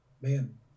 man